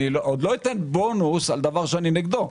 אני עוד לא אתן בונוס לדבר שאני נגדו.